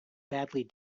badly